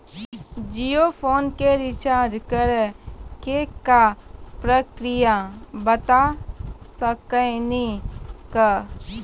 Jio phone के रिचार्ज करे के का प्रक्रिया बता साकिनी का?